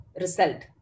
result